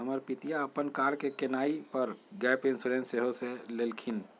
हमर पितिया अप्पन कार के किनाइ पर गैप इंश्योरेंस सेहो लेलखिन्ह्